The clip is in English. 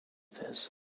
this